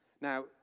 Now